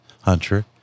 Hunter